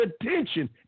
attention